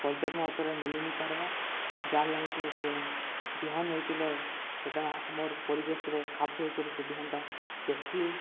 ପର୍ଯ୍ୟାପ୍ତ ମାତ୍ରାରେ ମିଲି ନି ପାର୍ବା ଯାହା ଲାଗି କି ସେ ବିହନ ନେଇଥିଲେ ସେଟା ଆମର୍ ପରିବେଶରେ ଖାପ୍ ଖୁଇ କରି ସେ ବିହନଟା ବେଶୀ